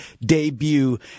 debut